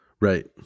Right